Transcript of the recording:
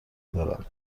دارم